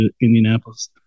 Indianapolis